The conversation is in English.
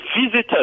visitors